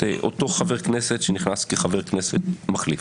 אותו חבר כנסת שנכנס כחבר כנסת מחליף.